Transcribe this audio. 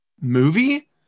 movie